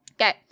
Okay